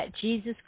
Jesus